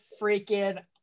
freaking